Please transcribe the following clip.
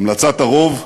המלצת הרוב,